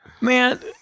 Man